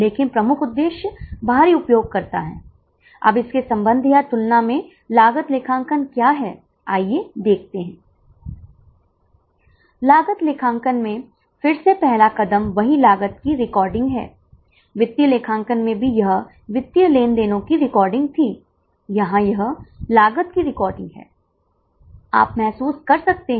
इसलिए हम महत्वपूर्ण डेटा एकत्र करना शुरू करते हैं और हम जानते हैं कि सीमांत लागत या सीवीपी में हम उनकी प्रकृति के अनुसार लागत को अलग करते हैं